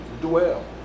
dwell